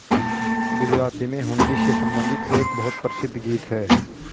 गुजराती में हुंडी से संबंधित एक बहुत प्रसिद्ध गीत हैं